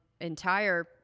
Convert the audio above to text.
entire